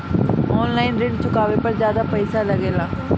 आन line ऋण चुकावे पर ज्यादा पईसा लगेला?